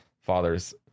fathers